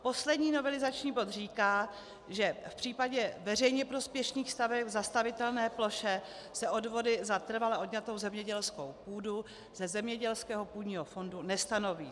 Poslední novelizační bod říká, že v případě veřejně prospěšných staveb v zastavitelné ploše se odvody za trvale odňatou zemědělskou půdu ze zemědělského půdního fondu nestanoví.